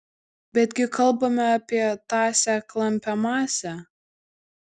bet gi kalbame apie tąsią klampią masę